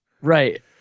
right